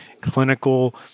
clinical